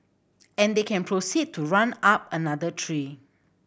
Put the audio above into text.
and they can proceed to run up another tree